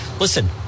Listen